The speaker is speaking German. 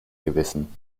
gewissen